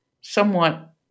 somewhat